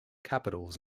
capitals